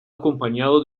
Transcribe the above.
acompañado